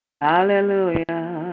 Hallelujah